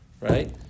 right